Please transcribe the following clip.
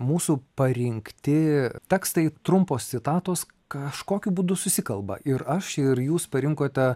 mūsų parinkti tekstai trumpos citatos kažkokiu būdu susikalba ir aš ir jūs parinkote